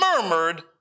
murmured